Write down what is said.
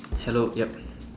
hello yup